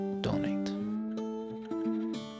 donate